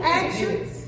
actions